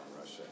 Russia